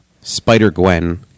Spider-Gwen